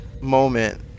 moment